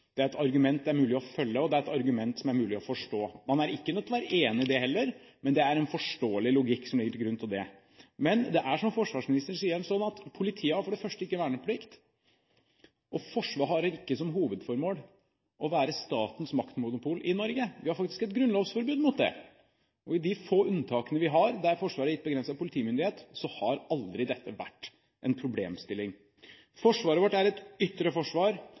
Det er et argument det er mulig å følge, og det er et argument det er mulig å forstå. Man er ikke nødt til å være enig i det heller, men det er en forståelig logikk som ligger til grunn for det. Men det er, som forsvarsministeren sier, slik at Politiet for det første ikke har verneplikt, og Forsvaret har ikke som hovedformål å være statens maktmonopol i Norge. Vi har faktisk et grunnlovsforbud mot det. Og i de få unntakene vi har der Forsvaret er gitt begrenset politimyndighet, har dette aldri vært en problemstilling. Forsvaret vårt er et ytre forsvar,